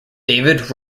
david